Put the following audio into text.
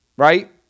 Right